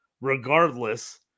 regardless